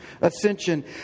ascension